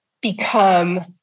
become